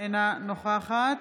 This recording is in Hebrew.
אינה נוכחת